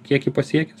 kiekį pasiekęs